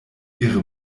ihre